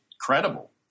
credible